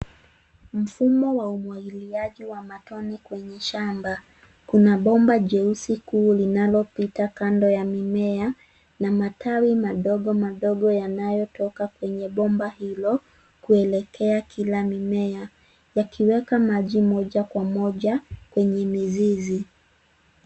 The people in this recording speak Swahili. Mfumo wa umwangiliaji wa matone kwenye shamba. Kuna bomba jeusi kuu linalopita kando ya mimea na matawi madogo madogo yanayotoka kwenye bomba hilo kuelekea kila mimea yakiweka maji moja kwa moja kwenye mizizi.